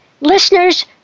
Listeners